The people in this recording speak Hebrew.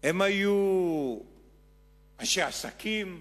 הם היו אנשי עסקים,